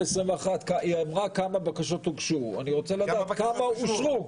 היא אמרה כמה בקשות הוגשו מ-2017 עד 2021. אני רוצה לדעת כמה אושרו.